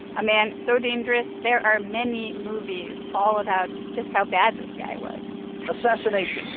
a man so dangerous, there are many movies all about just how bad this guy was assassination.